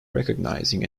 recognizing